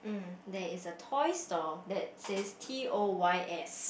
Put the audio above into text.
there is a toy store that says T O Y S